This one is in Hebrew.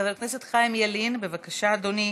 חבר הכנסת חיים ילין, בבקשה, אדוני.